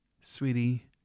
sweetie